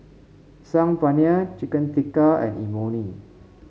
Saag Paneer Chicken Tikka and Imoni